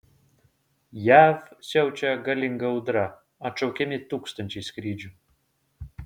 jav siaučia galinga audra atšaukiami tūkstančiai skrydžių